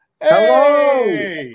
Hello